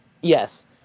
Yes